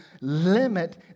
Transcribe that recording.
limit